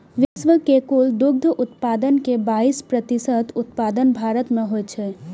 विश्व के कुल दुग्ध उत्पादन के बाइस प्रतिशत उत्पादन भारत मे होइ छै